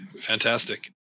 fantastic